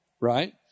right